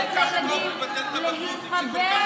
הם יודעים שבשביל ללמוד באמת צריך לחקור וצריך